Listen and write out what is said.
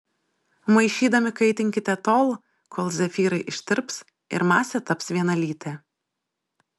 maišydami kaitinkite tol kol zefyrai ištirps ir masė taps vienalytė